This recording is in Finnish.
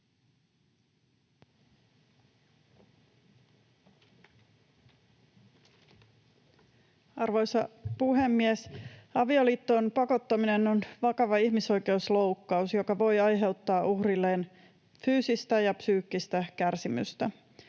Arvoisa puhemies! Avioliittoon pakottaminen on vakava ihmisoikeusloukkaus, joka voi aiheuttaa uhrilleen fyysistä ja psyykkistä kärsimystä.